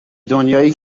دنیایی